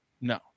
No